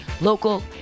local